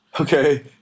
Okay